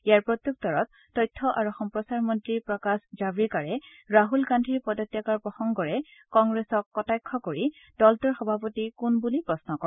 ইয়াৰ প্ৰত্যুত্তৰত তথ্য আৰু সম্প্ৰচাৰ মন্ত্ৰী প্ৰকাশ জাভ্ৰেকাৰে ৰাহুল গান্ধীৰ পদত্যাগৰ প্ৰসঙ্গৰে কংগ্ৰেছক কটাক্ষ কৰি দলটোৰ সভাপতি কোন বুলি প্ৰশ্ন কৰে